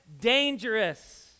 dangerous